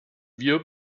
wir